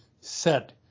set